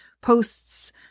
Post's